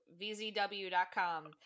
VZW.com